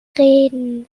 reden